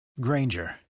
granger